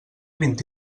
vint